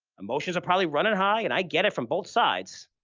emotions are probably running high and i get it from both sides,